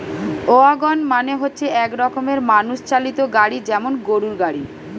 wagon মানে হচ্ছে এক রকমের মানুষ চালিত গাড়ি যেমন গরুর গাড়ি